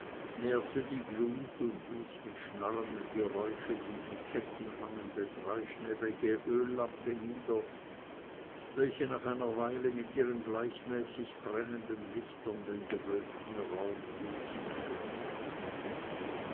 die glut und ließ mit schnarrendem geräusche die in ketten hangende dreischnäblige öllampe nieder welche nach einer weile mit ihren gleichmäßig brennenden lichtern den gewölbten raum ruhig erhellte